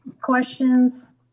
questions